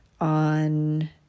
on